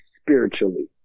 spiritually